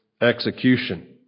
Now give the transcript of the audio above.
execution